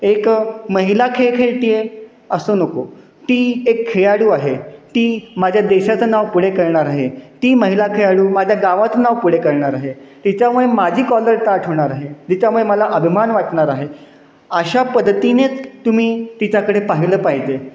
एक महिला खेळ खेळते आहे असं नको ती एक खेळाडू आहे ती माझ्या देशाचं नाव पुढे करणार आहे ती महिला खेळाडू माझ्या गावाचं नाव पुढे करणार आहे तिच्यामुळे माझी कॉलर ताठ होणार आहे तिच्यामुळे मला अभिमान वाटणार आहे अशा पद्धतीनेच तुम्ही तिच्याकडे पाहिलं पाहिजे